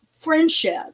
friendship